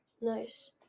Nice